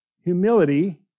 humility